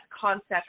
concept